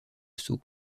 sauts